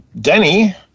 Denny